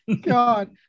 god